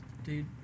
Dude